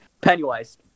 Pennywise